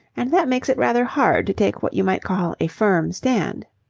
and that makes it rather hard to take what you might call a firm stand.